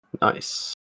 Nice